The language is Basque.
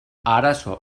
arazo